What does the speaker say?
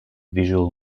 visual